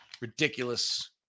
ridiculous